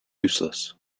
useless